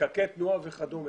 פקקי תנועה וכדומה.